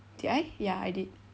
did I ya I did